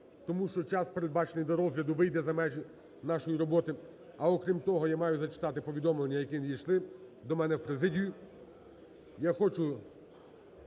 тому що час, передбачений для розгляду, вийде за межі нашої роботи. А, окрім того, я маю зачитати повідомлення, які надійшли до мене в Президію.